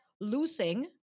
losing